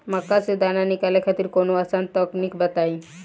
मक्का से दाना निकाले खातिर कवनो आसान तकनीक बताईं?